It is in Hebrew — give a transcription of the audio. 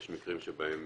יש מקרים שבהם